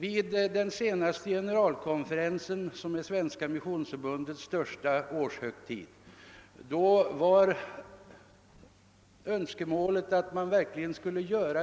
Vid den senaste generalkonferensen, som är Svenska missionsförbundets största årshögtid, var det ett önskemål att man skulle göra